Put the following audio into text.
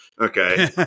okay